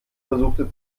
versuchte